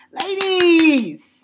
Ladies